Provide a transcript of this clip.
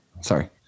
sorry